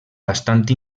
bastant